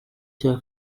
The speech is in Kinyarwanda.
cya